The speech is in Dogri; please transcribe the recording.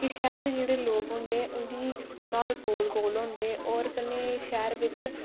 की शैह्र दे जेह्ड़े लोक होंदे उंदी घर कोल कोल होंदे होर कन्नै शैह्र बिच